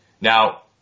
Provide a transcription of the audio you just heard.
Now